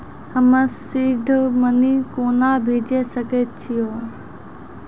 हम्मे seed money कोना भेजी सकै छिओंन